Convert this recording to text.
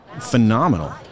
phenomenal